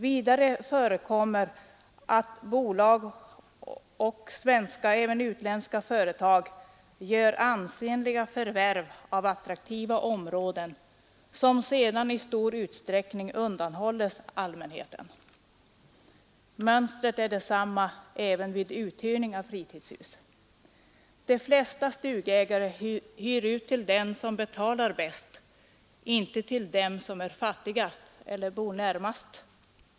Vidare förekommer att bolag och svenska — även utländska — företag gör ansenliga förvärv av attraktiva områden, som sedan i stor utsträckning undanhålls allmänheten. Mönstret är detsamma vid uthyrning av fritidshus. De flesta stugägare hyr ut till den, som betalar bäst, inte till den som är fattigast eller bor närmast.